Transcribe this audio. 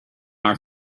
our